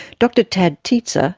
dr tad tietze,